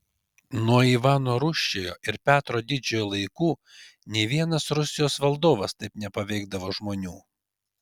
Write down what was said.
nuo ivano rūsčiojo ir petro didžiojo laikų nė vienas rusijos valdovas taip nepaveikdavo žmonių